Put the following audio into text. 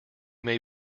may